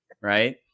Right